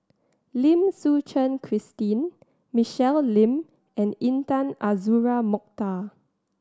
Lim Suchen Christine Michelle Lim and Intan Azura Mokhtar